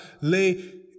lay